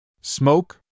Smoke